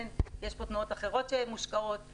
יש פה תנועות אחרות שמושקעות,